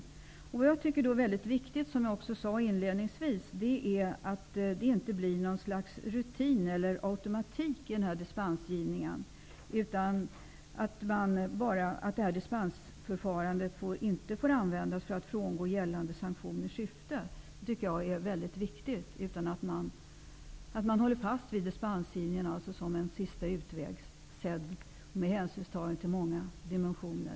Som jag sade inledningsvis tycker jag att det är viktigt att det inte blir rutin eller automatik i dispensgivningen. Dispensförfarandet får inte användas för att frångå gällande syften med sanktionerna. Man måste hålla fast vid dispensgivningen som en sista utväg och med hänsynstagande till många dimensioner.